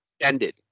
ended